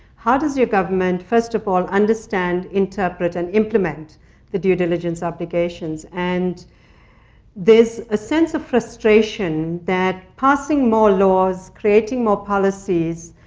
how does your government, first of all, understand, interpret, and implement the due diligence obligations? and there's a sense of frustration that passing more laws, creating more policies,